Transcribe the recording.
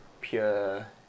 pure